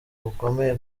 bukomeye